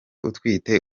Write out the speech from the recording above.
utwite